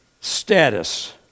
status